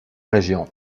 région